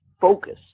focus